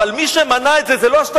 אבל מה שמנע את זה לא היה השתדלנות,